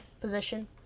position